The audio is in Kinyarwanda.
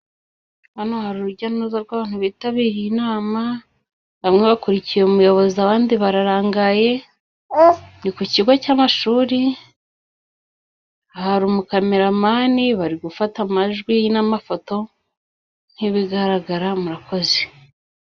Hano hari urujya n'uruza rw'abantu bitabiriye inama, bamwe bakurikiye umuyobozi abandi bararangaye, ni ku kigo cy'amashuri hari umu kameramani, bari gufata amajwi n'amafoto, nk'ibigaragara murakoze.